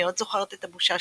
אני עוד זוכרת את הבושה,